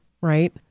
right